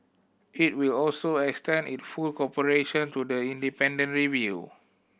it will also extend it full cooperation to the independent review